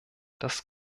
das